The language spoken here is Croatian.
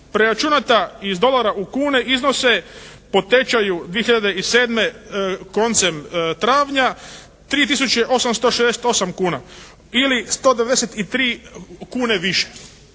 preračunata iz dolara u kune iznose po tečaju 2007. koncem travnja 3 tisuće 868 kuna ili 193 kune više.